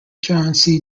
john